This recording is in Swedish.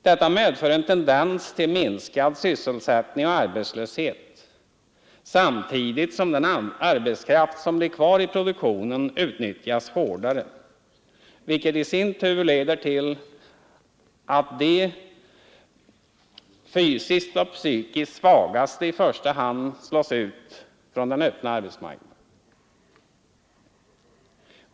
Detta medför en tendens till minskad sysselsättning och arbetslöshet samtidigt som den arbetskraft som blir kvar i produktionen utnyttjas hårdare, vilket i sin tur leder till att de fysiskt och psykiskt svagaste i första hand slås ut från den öppna arbetsmarknaden.